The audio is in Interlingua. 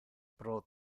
pro